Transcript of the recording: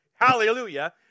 Hallelujah